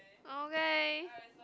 okay